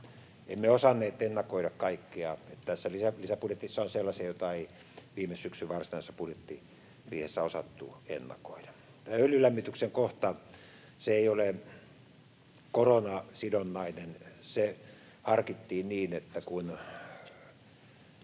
Emme osanneet ennakoida kaikkea. Tässä lisäbudjetissa on sellaisia, joita ei viime syksyn varsinaisessa budjettiriihessä osattu ennakoida. Tämä öljylämmityksen kohta: Se ei ole koronasidonnainen. Se harkittiin niin, että kun